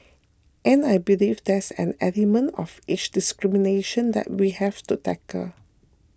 and I believe there's an element of age discrimination that we have to tackle